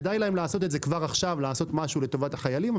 כדאי להם לעשות את זה כבר עכשיו לטובת החיילים,